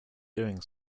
doing